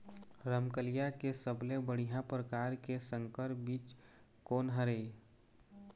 रमकलिया के सबले बढ़िया परकार के संकर बीज कोन हर ये?